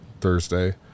thursday